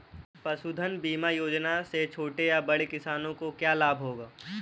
पशुधन बीमा योजना से छोटे या बड़े किसानों को क्या लाभ होगा?